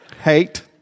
Hate